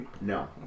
No